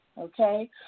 okay